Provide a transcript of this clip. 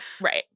Right